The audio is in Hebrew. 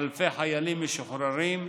אלפי חיילים משוחררים,